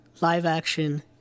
live-action